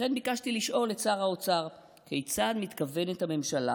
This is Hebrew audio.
לכן ביקשתי לשאול את שר האוצר כיצד מתכוונת הממשלה